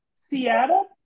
Seattle